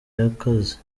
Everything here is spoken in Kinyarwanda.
y’akazi